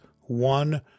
one